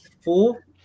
four